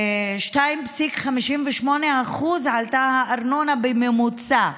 2.58% עלתה הארנונה בממוצע,